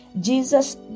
Jesus